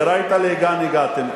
וראית לאן הגעתם.